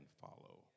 follow